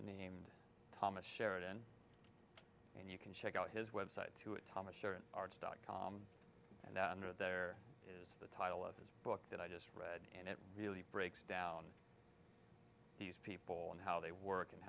named thomas sheridan and you can check out his website to a thomas or an arts dot com and that there is the title of his book that i just read and it really breaks down these people and how they work and